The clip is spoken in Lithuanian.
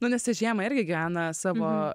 nu nes jie žiemą irgi gyvena savo